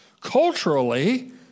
culturally